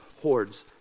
hordes